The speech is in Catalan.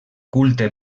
culte